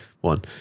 one